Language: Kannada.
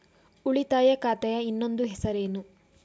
ಉಳಿತಾಯ ಖಾತೆಯ ಇನ್ನೊಂದು ಹೆಸರೇನು?